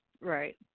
right